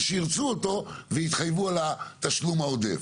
שירצו אותו ויתחייבו על התשלום העודף.